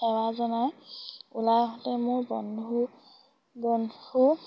সেৱা জনাই ওলাই আহোঁতে মোৰ বন্ধু